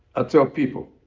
ah tell people